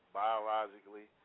biologically